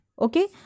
Okay